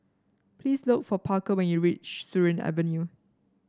please look for Parker when you reach Surin Avenue